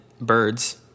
Birds